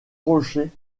rocher